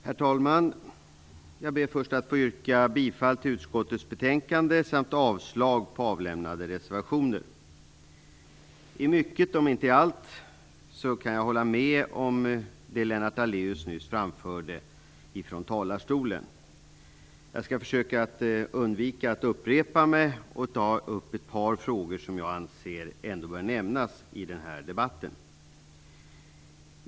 Herr talman! Jag ber först att få yrka bifall till utskottets hemställan och avslag på avlämnade reservationer. I mycket, om än inte i allt, kan jag hålla med Lennart Daléus i det han nyss framförde från talarstolen. Jag skall försöka undvika att upprepa det som redan har sagts och ta upp ett par frågor som jag anser ändå bör nämnas i den här debatten.